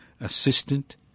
Assistant